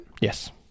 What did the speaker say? Yes